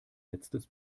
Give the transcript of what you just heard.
letztes